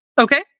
Okay